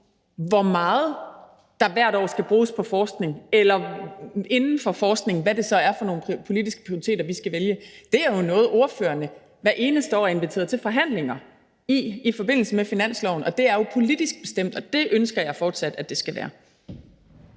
hvor meget der hvert år skal bruges på forskning, eller hvad det så er for nogle politiske prioriteringer inden for forskningen, vi skal vælge. Det er jo noget, ordførererne hvert eneste år er inviteret til forhandlinger om i forbindelse med finansloven. Det er jo politisk bestemt, og det ønsker jeg fortsat det skal være.